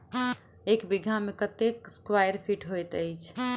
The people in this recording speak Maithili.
एक बीघा मे कत्ते स्क्वायर फीट होइत अछि?